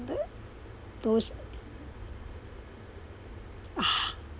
those ah